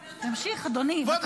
תמשיך, אדוני, בבקשה.